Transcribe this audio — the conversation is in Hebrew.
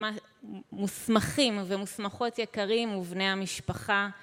מה מוסמכים ומוסמכות יקרים ובני המשפחה